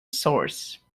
source